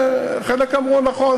חלק אמרו: נכון,